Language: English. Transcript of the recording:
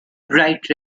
bright